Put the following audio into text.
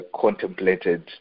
contemplated